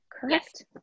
correct